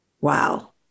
wow